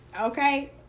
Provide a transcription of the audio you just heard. Okay